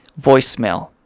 voicemail